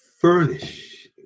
furnish